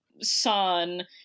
son